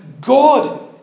God